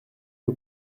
aux